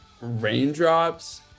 Raindrops